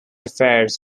affairs